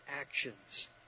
actions